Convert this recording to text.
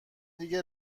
دیگه